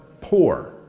poor